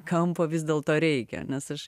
kampo vis dėlto reikia nes aš